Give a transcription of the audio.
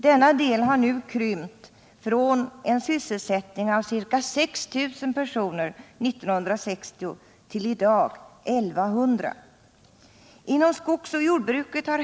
Denna sektor har nu krympt från en sysselsättning på ca 6 000 personer år 1960 till I 100 i dag.